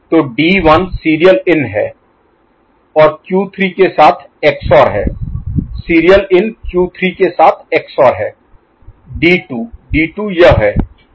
तो D1 serial in है और Q3 के साथ XOR है सीरियल इन Q3 के साथ XOR है D2 D2 यह है